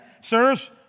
Sirs